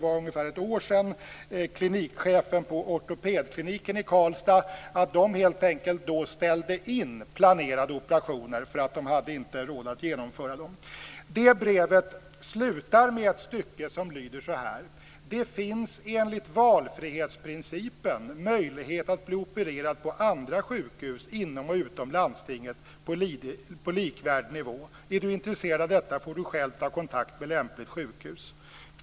För ungefär ett år sedan meddelade klinikchefen på ortopedkliniken i Karlstad att man helt enkelt ställde in planerade operationer därför att man inte hade råd att genomföra dem. Det brevet slutar med ett stycke som lyder så här: Det finns enligt valfrihetsprincipen möjlighet att bli opererad på andra sjukhus inom och utom landstinget på likvärdig nivå. Är du intresserad av detta får du själv ta kontakt med lämpligt sjukhus.